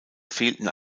fehlten